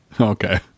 Okay